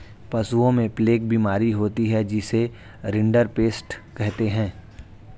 पशुओं में प्लेग बीमारी होती है जिसे रिंडरपेस्ट कहते हैं